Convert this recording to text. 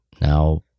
now